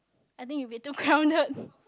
I think it'll be too crowded